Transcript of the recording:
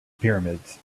pyramids